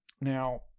Now